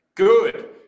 Good